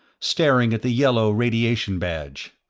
staring at the yellow radiation badge.